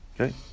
okay